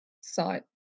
site